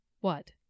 What